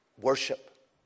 worship